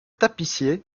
tapissier